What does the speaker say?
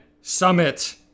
summit